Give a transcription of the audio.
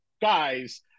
guys